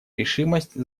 решимость